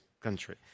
country